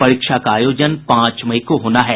परीक्षा का आयोजन पांच मई को होना है